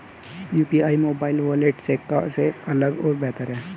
UPI mobile wallet से कैसे अलग और बेहतर है?